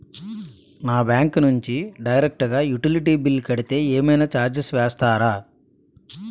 నా బ్యాంక్ నుంచి డైరెక్ట్ గా యుటిలిటీ బిల్ కడితే ఏమైనా చార్జెస్ వేస్తారా?